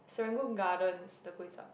Serangoon-Gardens the kway-chap